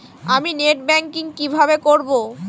আমি net banking কিভাবে করব?